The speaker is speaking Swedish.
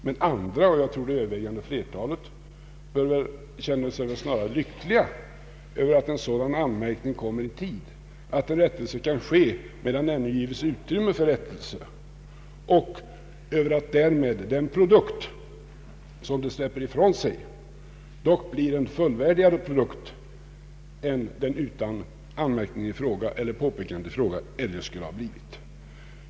Men andra — jag tror det övervägande flertalet — känner sig väl snarast lyckliga över att en sådan anmärkning kommer i tid, att en rättelse kan ske medan det ännu gives utrymme för rättelser, och över att därmed den produkt som de släpper ifrån sig dock blir fullvärdigare än den utan påpekandet i fråga skulle ha blivit.